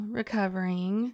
recovering